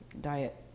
diet